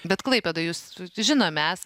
bet klaipėdoj jus sus žinomi esat